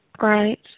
Right